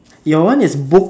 your one is books